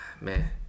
man